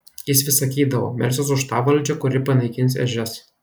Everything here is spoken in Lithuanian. jis vis sakydavo melsiuos už tą valdžią kuri panaikins ežias